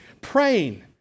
praying